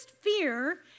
fear